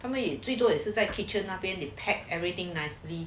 他们也最多也是在 kitchen 那边 they packed everything nicely